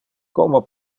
como